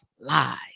Live